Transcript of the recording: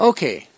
Okay